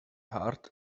hard